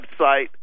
website